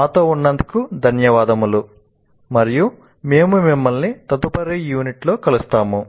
మాతో ఉన్నందుకు ధన్యవాదాలు మరియు మేము మిమ్మల్ని తదుపరి యూనిట్తో కలుస్తాము